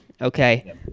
Okay